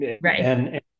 Right